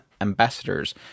ambassadors